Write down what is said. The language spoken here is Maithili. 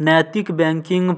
नैतिक बैंकिंग